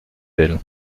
elle